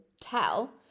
tell